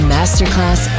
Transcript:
Masterclass